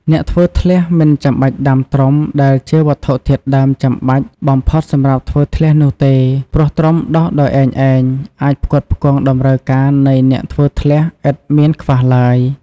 អ្នកធ្វើធ្លះមិនចាំបាច់ដាំត្រុំដែលជាវត្ថុធាតុដើមចាំបាច់បំផុតសម្រាប់ធ្វើធ្លះនោះទេ ព្រោះត្រុំដុះដោយឯងៗ អាចផ្គត់ផ្គង់តម្រូវការនៃអ្នកធ្វើធ្លះឥតមានខ្វះឡើយ។